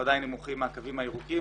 בוודאי נמוכים מהקווים הירוקים.